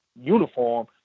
uniform